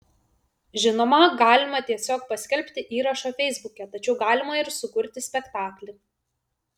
žinoma galima tiesiog paskelbti įrašą feisbuke tačiau galima ir sukurti spektaklį